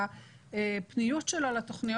הפניוּת שלו לתוכניות,